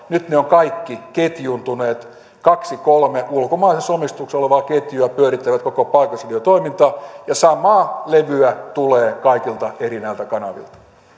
että ne ovat kaikki ketjuuntuneet kaksi kolme ulkomaisessa omistuksessa olevaa ketjua pyörittää koko paikallisradiotoimintaa ja samaa levyä tulee kaikilta näiltä eri kanavilta